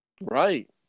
Right